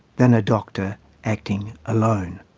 than a doctor acting alone?